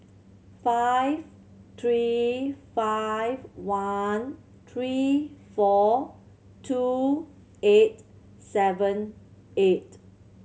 five three five one three four two eight seven eight